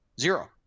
Zero